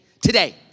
Today